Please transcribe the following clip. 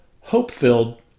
hope-filled